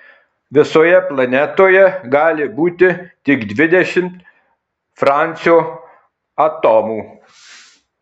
visoje planetoje gali būti tik dvidešimt francio atomų